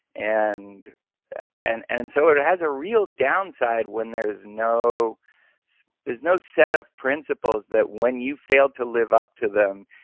and and and and so it has a real downside when there is no is no set of principles that when you fail to live up to them,